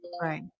Right